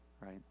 right